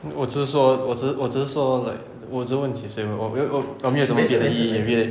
我只是说我只我只是说 like 我只是问几岁我没我没有什么别的意义没有